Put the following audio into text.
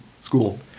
school